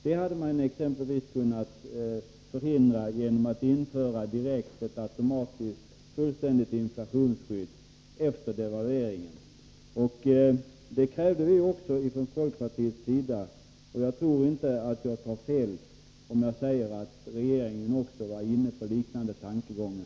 Man hade exempelvis kunnat förhindra det genom att direkt införa ett automatiskt fullständigt inflationsskydd efter devalveringen. Det krävde vi från folkpartiets sida. Jag tror inte att jag tar fel om jag säger att även regeringen var inne på liknande tankegångar.